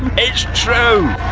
it's true